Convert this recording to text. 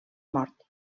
mort